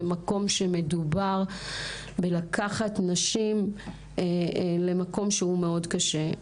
במקום שמדובר בלקחת נשים למקום שהוא מאוד קשה.